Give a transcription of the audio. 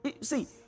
See